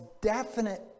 definite